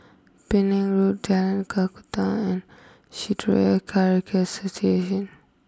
Penang Road Jalan Kakatua and Shitoryu Karate Association